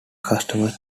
customers